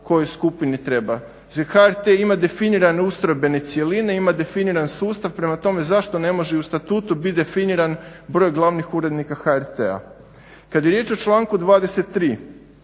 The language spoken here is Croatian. kojoj skupini treba? zar HRT ima definirane ustrojbene cjeline, ima definiran sustav prema tome zašto ne može i u statutu biti definiran broj glavnih urednika HRT-a? Kada je riječ o članku